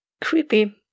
Creepy